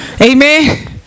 Amen